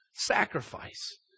sacrifice